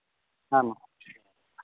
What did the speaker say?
ᱦᱮᱸ ᱢᱟ